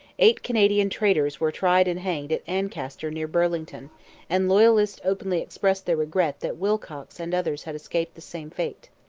eight canadian traitors were tried and hanged at ancaster near burlington and loyalists openly expressed their regret that willcocks and others had escaped the same fate.